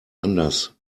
anders